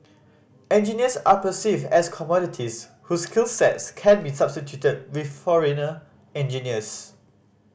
engineers are perceived as commodities whose skills sets can be substituted with foreigner engineers